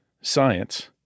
science